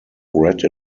red